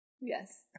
Yes